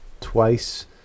twice